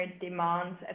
demands